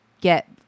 get